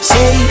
Say